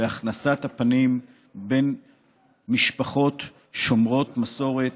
בהכנסת אורחים בין משפחות שומרות מסורת